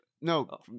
No